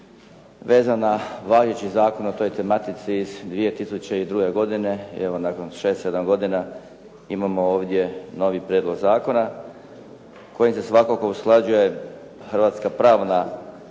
vezan na važeći zakon o toj tematici iz 2002. godine i evo nakon 6, 7 godina imamo ovdje novi prijedlog zakona kojim se svakako usklađuje hrvatska pravna regulativa